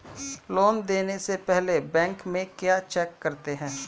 Loan देने से पहले बैंक में क्या चेक करते हैं?